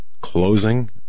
Closing